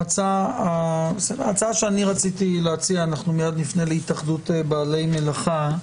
ההצעה שאני רציתי להציע אנחנו מיד נפנה להתאחדות בעלי מלאכה.